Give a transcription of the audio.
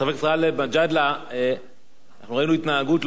ראינו התנהגות לא נאותה במגזר הערבי.